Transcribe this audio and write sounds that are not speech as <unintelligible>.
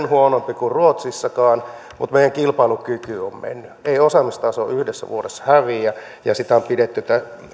<unintelligible> huonompi kuin ruotsissakaan mutta meidän kilpailukyky on mennyt ei osaamistaso yhdessä vuodessa häviä ja sitä on pidetty